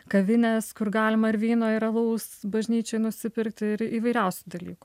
kavinės kur galima ir vyno ir alaus bažnyčioj nusipirkti ir įvairiausių dalykų